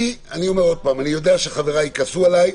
אני יודע שחבריי כעסו אלי,